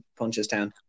Punchestown